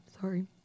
sorry